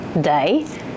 day